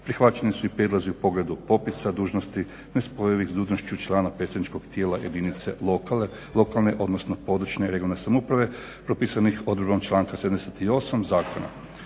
Prihvaćeni su i prijedlozi u pogledu popisa, dužnosti, nespojivi s dužnošću člana predstavničkog tijela jedinice lokalne odnosno područne samouprave propisuje nekom odredbom članka 78 zakona.